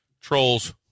trolls